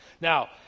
Now